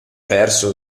perso